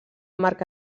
marc